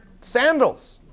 sandals